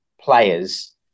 players